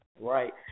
Right